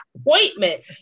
appointment